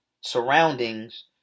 surroundings